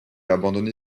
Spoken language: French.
abandonné